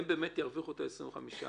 הם ירוויחו את ה-25%.